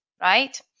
right